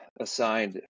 assigned